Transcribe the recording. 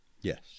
Yes